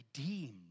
redeemed